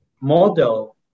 model